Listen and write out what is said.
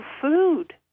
food